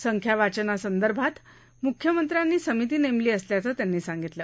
संख्यावाचनासंदर्भात मुख्यमंत्र्यांनी समिती नेमली असल्याचं त्यांनी सांगितलं